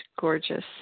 gorgeous